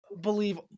believe